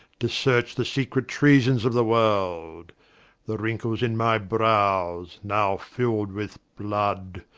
to search the secret treasons of the world the wrinckles in my browes, now fill'd with blood,